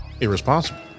irresponsible